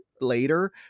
later